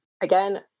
again